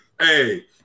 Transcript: Hey